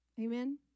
Amen